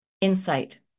insight